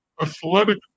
athletic